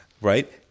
right